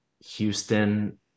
Houston